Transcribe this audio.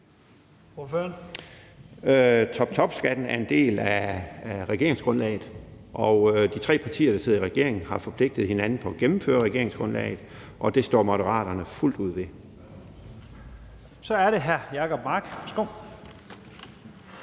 Toptopskatten er en del af regeringsgrundlaget, og de tre partier, der sidder i regering, har forpligtet hinanden på at gennemføre regeringsgrundlaget. Og det står Moderaterne fuldt ud ved. Kl. 11:36 Første